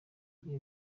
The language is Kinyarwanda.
uko